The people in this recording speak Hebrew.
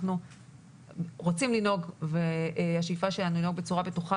אנחנו רוצים לנהוג והשאיפה שלנו היא לנהוג בצורה בטוחה